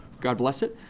god bless it.